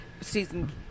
season